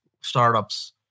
startups